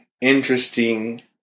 interesting